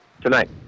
tonight